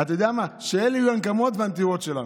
אתה יודע מה, שאלה יהיו הנקמות והנטירות שלנו.